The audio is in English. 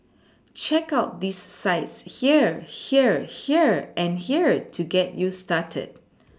check out these sites here here here and here to get you started